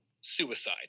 suicide